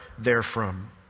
therefrom